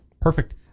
perfect